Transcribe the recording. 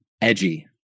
edgy